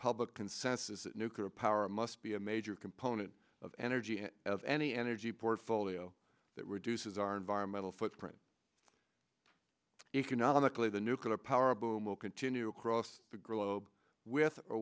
public consensus that nuclear power must be a major component of energy and of any energy portfolio that reduces our environmental footprint economically the nuclear power boom will continue across the globe with or